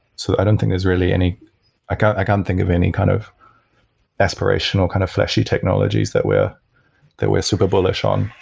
so i don't think there's really any i can't i can't think of any kind of aspirational kind of flashy technologies that we're that we're super bullish on.